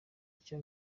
icyo